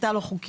כריתה לא חוקית,